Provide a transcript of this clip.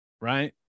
Right